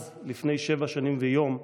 אז, לפני שבע שנים ויום,